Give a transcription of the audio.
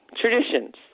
traditions